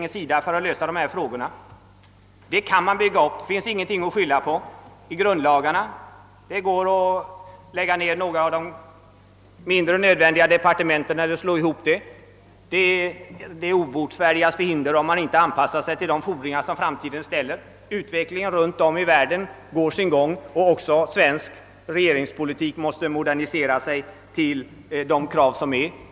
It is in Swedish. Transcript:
Det finns inget hinder i grundlagarna för ett allmänt näringsdepartement; det går att lägga ner eller slå ihop några av de mindre nödvändiga departementen. Det är de obotfärdigas förhinder att inte anpassa sig till de fordringar, som framtiden ställer. Utvecklingen runt omkring oss ute i världen har sin gång, och även svensk regeringspolitik måste moderniseras efter tidens krav.